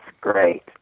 great